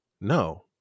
No